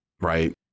Right